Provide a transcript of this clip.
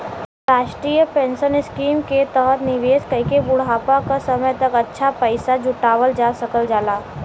राष्ट्रीय pension scheme के तहत निवेश कइके बुढ़ापा क समय तक अच्छा पैसा जुटावल जा सकल जाला